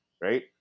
right